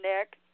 Nick